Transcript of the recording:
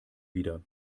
wieder